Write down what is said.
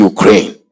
Ukraine